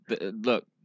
Look